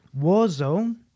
Warzone